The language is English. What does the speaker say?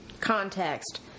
context